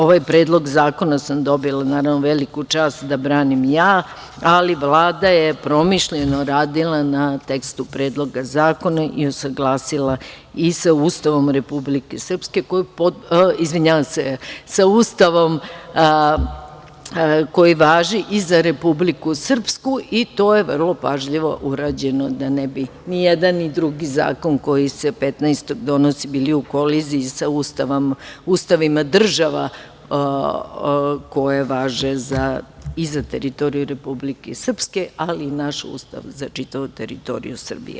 Ovaj predlog zakona sam dobila, naravno veliku čast da branim ja, ali Vlada je promišljeno radila na tekstu predloga zakona i usaglasila i sa Ustavom koji važi i za Republiku Srpsku i to je vrlo pažljivo urađeno da ne bi ni jedan ni drugi zakon koji se 15. donosi bili u koliziji sa ustavima država koje važe i za teritoriju Republike Srpske, ali i naš Ustav za čitavu teritoriju Srbije.